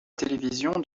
télévision